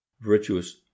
virtuous